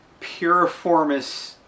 piriformis